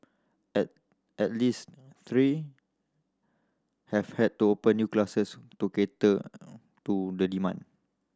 at at least three have had to open new classes to cater to the demand